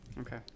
Okay